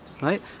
Right